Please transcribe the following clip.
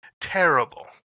Terrible